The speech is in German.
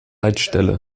leitstelle